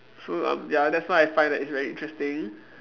so um ya that's why I find that it's very interesting